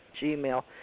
Gmail